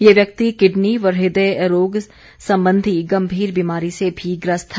ये व्यक्ति किडनी व इदय रोग संबंधी गम्भीर बीमारी से भी ग्रस्त था